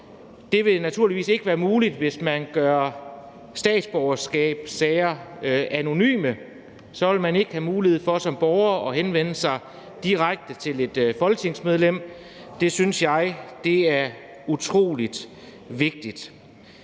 Det vil naturligvis ikke være muligt, hvis man gør statsborgerskabssager anonyme. Så vil man som borger ikke have mulighed for at henvende sig direkte til et folketingsmedlem. Det synes jeg er utrolig vigtigt